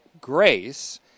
grace